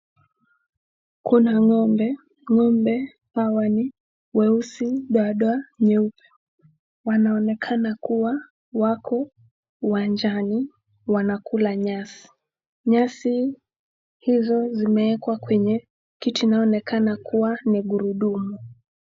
Kuna ng'ombe. Ng'ombe hawa ni weusi, doadoa nyeupe. Wanaonekana kuwa wako uwanjani wanakula nyasi. Nyasi hizo zimewekwa kwenye kitu inayoonekana kuwa ni gurudumu.